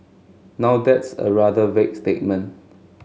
now that's a rather vague statement